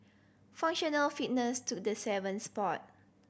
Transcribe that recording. functional fitness took the seventh spot